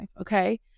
Okay